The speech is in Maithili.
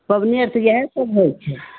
पाबनि आर तऽ इएह सभ होइ छै